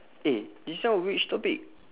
eh this one which topic